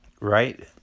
right